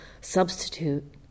substitute